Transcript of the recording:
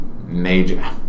major